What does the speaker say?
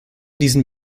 diesen